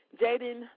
Jaden